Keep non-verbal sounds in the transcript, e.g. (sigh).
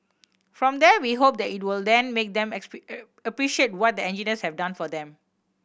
from there we hope that it will then make them (unintelligible) appreciate what the engineers have done for them